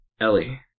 ellie